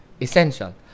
Essential